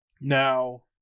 Now